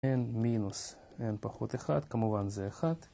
N-N-1 זה כמובן זה 1